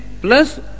plus